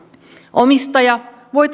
omistaja taas voi